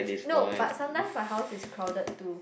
no but sometimes my house is crowded too